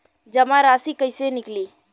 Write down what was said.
जमा राशि कइसे निकली?